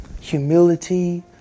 humility